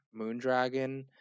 Moondragon